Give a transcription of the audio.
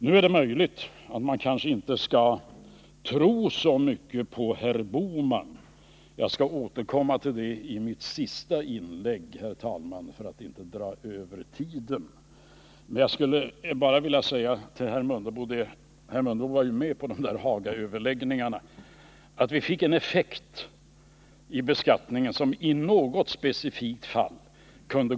Det är möjligt att man kanske inte skall tro så mycket på herr Bohman. Jag skall återkomma till det i mitt sista inlägg, herr talman, för att inte nu dra över tiden för den här repliken. Herr Mundebo var ju med vid Hagaöverläggningarna och känner till hur det gick till då.